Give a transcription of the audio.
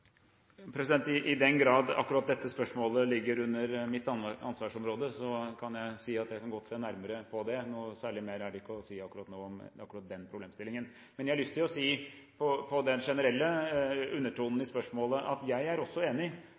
I den grad akkurat dette spørsmålet ligger under mitt ansvarsområde, kan jeg si at jeg kan godt se nærmere på det. Noe særlig mer er det ikke å si akkurat nå om akkurat den problemstillingen. Men jeg har lyst til å si ut fra den generelle undertonen i spørsmålet at jeg er også enig